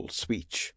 speech